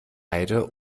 heide